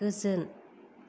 गोजोन